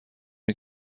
این